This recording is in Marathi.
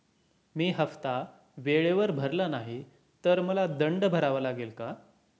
मी हफ्ता वेळेवर भरला नाही तर मला दंड भरावा लागेल का?